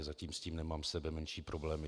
Zatím s tím nemám sebemenší problémy.